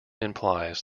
implies